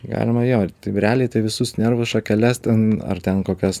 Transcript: galima jo taip realiai tai visus nervų šakeles ten ar ten kokias